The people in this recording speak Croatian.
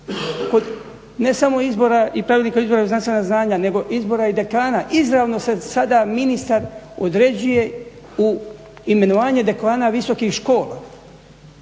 ne samo izbora i Pravilnika o izboru u znanstvena zvanja nego izbora i dekana. Izravno sada ministar određuje u imenovanje dekana visokih škola,